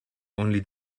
only